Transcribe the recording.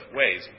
ways